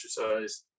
exercise